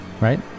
right